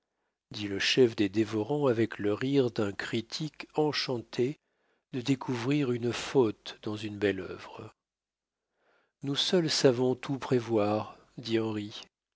dit le chef des dévorants avec le rire d'un critique enchanté de découvrir une faute dans une belle œuvre nous seuls savons tout prévoir